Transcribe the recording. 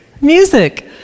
Music